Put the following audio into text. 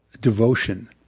devotion